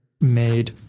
made –